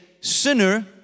sinner